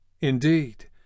Indeed